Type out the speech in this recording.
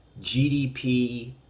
GDP